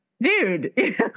Dude